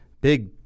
big